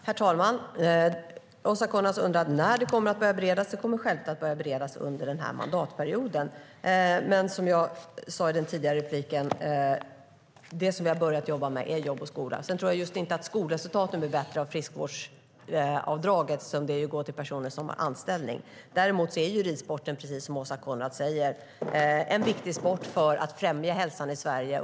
Herr talman! Åsa Coenraads undrade när det kommer att börja beredas. Det kommer självklart att börja beredas under mandatperioden. Som jag sa i mitt tidigare inlägg är det jobb och skola som jag börjat arbeta med. Jag tror inte att skolresultaten blir bättre av friskvårdsavdraget eftersom det går till personer som har anställning. Däremot är ridsporten, precis som Åsa Coenraads säger, en viktig sport för att främja hälsan i Sverige.